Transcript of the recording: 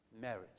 marriage